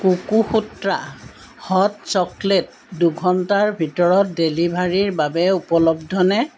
Cocosutra hot chocolate দুঘণ্টাৰ ভিতৰত ডেলিভাৰীৰ বাবে উপলব্ধনে